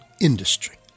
industry